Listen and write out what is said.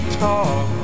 talk